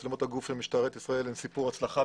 בעינינו מצלמות הגוף במשטרת ישראל הן סיפור הצלחה.